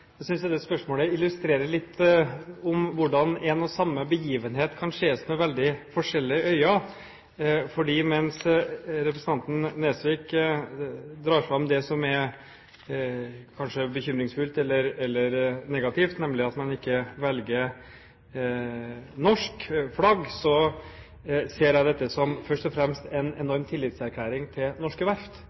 Jeg synes det spørsmålet illustrerer litt hvordan en og samme begivenhet kan ses med veldig forskjellige øyne, for mens representanten Nesvik drar fram det som kanskje er bekymringsfullt eller negativt, nemlig at man ikke velger norsk flagg, ser jeg dette først og fremst som en enorm tillitserklæring til norske verft,